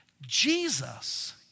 Jesus